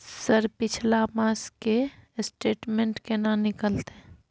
Sir पिछला मास के स्टेटमेंट केना निकलते?